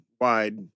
wide